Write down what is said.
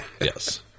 Yes